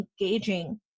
engaging